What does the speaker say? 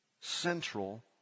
central